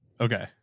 Okay